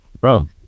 bro